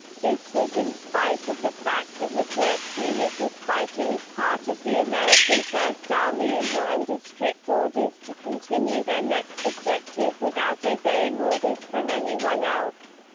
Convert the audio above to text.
this was in spite of the fact that leclerc's unit was fighting as part of the american first army and were under strict orders to continue their next objective without obeying orders from anyone else.